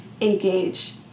engage